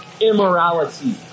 immorality